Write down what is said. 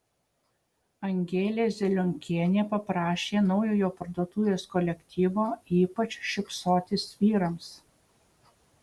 angelė zelionkienė paprašė naujojo parduotuvės kolektyvo ypač šypsotis vyrams